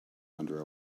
under